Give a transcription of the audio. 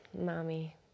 mommy